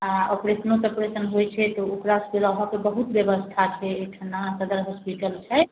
आ ऑपरेशन तॉपरेशन होइत छै तऽ ओकरासभके रहयके बहुत व्यवस्था छै एहिठिना सदर हॉस्पिटल छै